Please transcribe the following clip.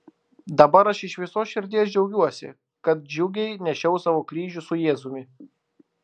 dabar aš iš visos širdies džiaugiuosi kad džiugiai nešiau savo kryžių su jėzumi